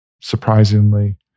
surprisingly